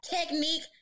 technique